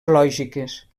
lògiques